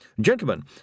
Gentlemen